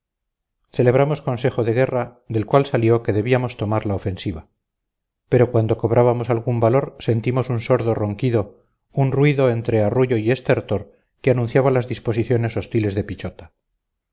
celebramos consejo de guerra del cual salió que debíamos tomar la ofensiva pero cuando cobrábamos algún valor sentimos un sordo ronquido un ruido entre arrullo y estertor que anunciaba las disposiciones hostiles de pichota